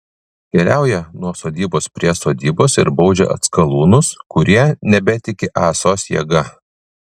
keliauja nuo sodybos prie sodybos ir baudžia atskalūnus kurie nebetiki ąsos jėga